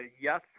Yes